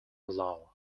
law